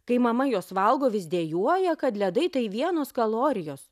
kai mama juos valgo vis dejuoja kad ledai tai vienos kalorijos